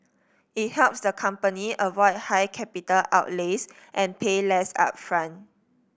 it helps the company avoid high capital outlays and pay less upfront